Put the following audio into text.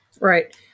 Right